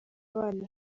abana